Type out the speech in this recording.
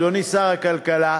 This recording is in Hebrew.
אדוני שר הכלכלה,